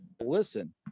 Listen